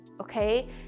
okay